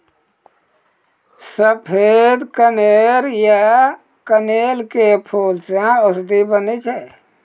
सफेद कनेर या कनेल के फूल सॅ औषधि बनै छै